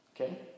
Okay